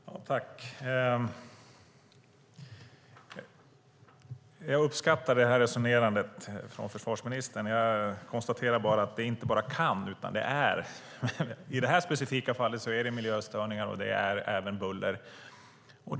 Fru talman! Jag uppskattar resonerandet från försvarsministern. Jag konstaterar att det inte bara kan bli, utan att det är miljöstörningar och buller i det här specifika fallet.